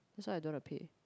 that's why I don't want to pay